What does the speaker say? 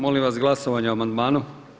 Molim vas glasovanje o amandmanu.